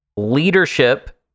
leadership